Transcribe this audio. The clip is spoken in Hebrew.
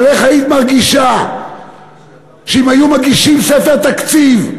אבל איך היית מרגישה אם היו מגישים ספר תקציב,